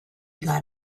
got